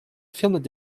filmed